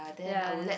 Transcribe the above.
ya I